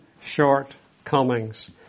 shortcomings